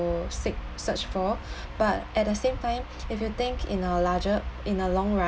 to si~ search for but at the same time if you think in a larger in a long run